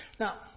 Now